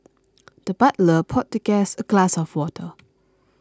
the butler poured the guest a glass of water